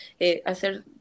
hacer